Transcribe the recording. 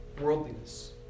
worldliness